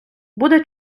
буде